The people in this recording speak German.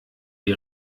die